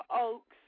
Oaks